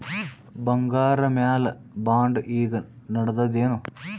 ಬಂಗಾರ ಮ್ಯಾಲ ಬಾಂಡ್ ಈಗ ನಡದದೇನು?